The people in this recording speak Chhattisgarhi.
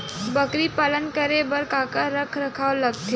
बकरी पालन करे बर काका रख रखाव लगथे?